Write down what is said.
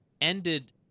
ended